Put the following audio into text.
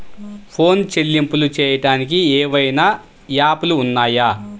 Phone చెల్లింపులు చెయ్యటానికి ఏవైనా యాప్లు ఉన్నాయా?